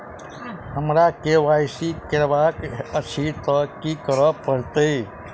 हमरा केँ Y C करेवाक अछि तऽ की करऽ पड़तै?